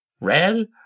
red